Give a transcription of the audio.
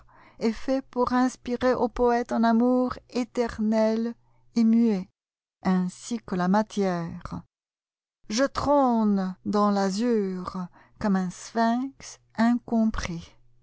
est fait pour inspirer au poëte un amouréternel et muet ainsi que la matière je trône dans l'azur comme un sphinx incompris